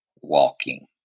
Walking